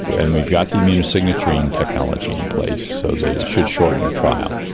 and we've got the immune signaturing technology in place, so that it should shorten the trial.